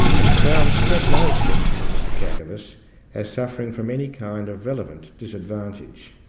but crown had no exception to mr kakavas as suffering from any kind of relevant disadvantage.